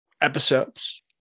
episodes